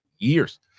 years